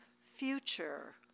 future